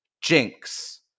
Jinx